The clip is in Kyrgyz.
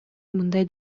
мындай